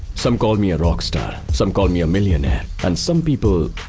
some call me a rockstar. some call me a millionaire. and some people.